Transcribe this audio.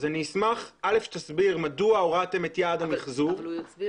אשמח שתסביר מדוע הורדתם את יעד המחזור.